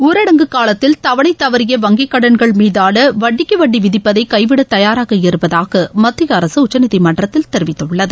ஊரடங்கு காலத்தில் தவனை தவறிய வங்கிக் கடன்கள் மீதான வட்டிக்கு வட்டி விதிப்பதை கைவிட தயாராக இருப்பதாக மத்திய அரசு உச்சநீதிமன்றத்தில் தெரிவித்துள்ளது